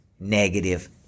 negative